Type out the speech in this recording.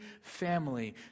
family